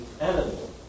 animal